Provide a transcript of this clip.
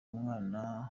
umwana